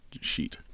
sheet